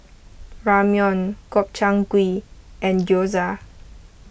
Ramyeon Gobchang Gui and Gyoza